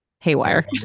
haywire